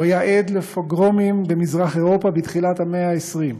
הוא היה עד לפוגרומים במזרח אירופה בתחילת המאה ה-20,